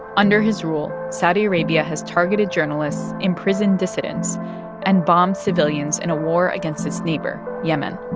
under his rule, saudi arabia has targeted journalists, imprisoned dissidents and bombed civilians in a war against its neighbor, yemen.